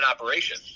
operation